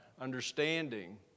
understanding